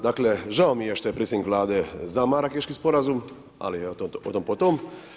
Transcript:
Dakle, žao mi je što je predsjednik Vlade za Marakeški sporazum, ali otom potom.